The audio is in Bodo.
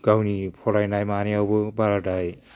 गावनि फरायनाय मानायावबो बाराद्राय